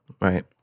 right